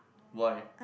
why